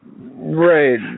right